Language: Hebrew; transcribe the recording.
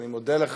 אני מודה לך.